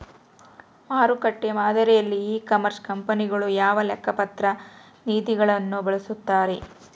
ಮಾರುಕಟ್ಟೆ ಮಾದರಿಯಲ್ಲಿ e commerce ಕಂಪನಿಗಳು ಯಾವ ಲೆಕ್ಕಪತ್ರ ನೇತಿಗಳನ್ನು ಬಳಸುತ್ತಾರೆ?